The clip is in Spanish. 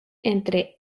entre